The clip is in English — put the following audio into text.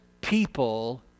people